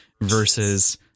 versus